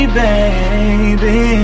baby